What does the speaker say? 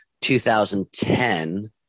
2010